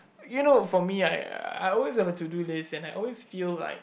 you know for me right uh I always have a to do list and I always feel like